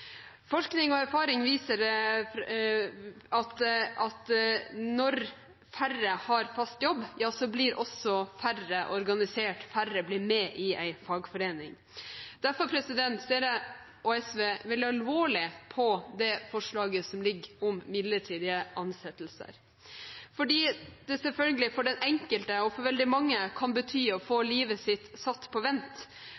Forskning og erfaring viser at når færre har fast jobb, blir også færre organisert – færre blir med i en fagforening. Derfor ser også SV veldig alvorlig på det forslaget som foreligger om midlertidige ansettelser, fordi det selvfølgelig for den enkelte og for veldig mange kan bety å få livet sitt satt på vent,